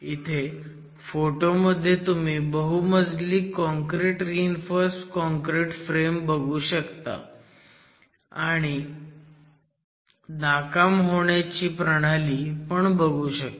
इथे फोटोमध्ये तुम्ही बहुमजली काँक्रिट रीइन्फोर्स काँक्रिट फ्रेम बघू शकता आणि नाकाम होण्याची प्रणाली पण बघू शकता